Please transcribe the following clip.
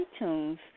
iTunes